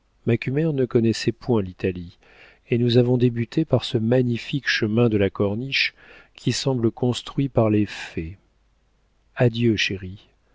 noces macumer ne connaissait point l'italie et nous avons débuté par ce magnifique chemin de la corniche qui semble construit par les fées adieu chérie